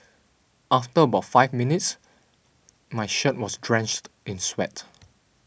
after about five minutes my shirt was drenched in sweat